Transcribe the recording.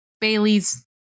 Bailey's